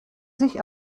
sich